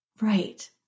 right